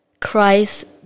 Christ